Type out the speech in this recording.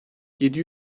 yedi